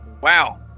Wow